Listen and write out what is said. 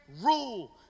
rule